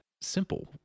simple